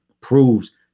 proves